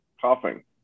Coughing